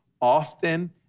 often